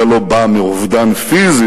זה לא בא מאובדן פיזי,